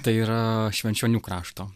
tai yra švenčionių krašto